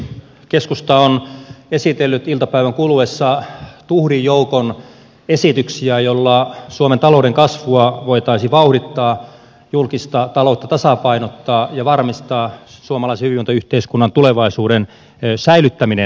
keskusta on esitellyt iltapäivän kuluessa tuhdin joukon esityksiä joilla suomen talouden kasvua voitaisiin vauhdittaa julkista taloutta tasapainottaa ja varmistaa suomalaisen hyvinvointiyhteiskunnan tulevaisuuden säilyttäminen